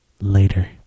later